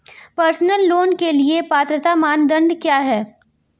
Personal loan के लिए पात्रता मानदंड क्या हैं?